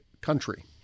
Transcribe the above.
country